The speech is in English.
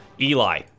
Eli